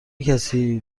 کسی